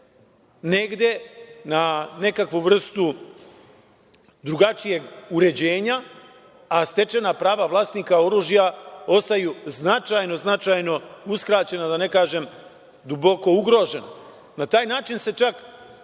negde, na nekakvu vrstu drugačijeg uređenja, a stečena prava vlasnika oružja ostaju značajno uskraćena, da ne kažem duboko ugrožena? Na taj način se čak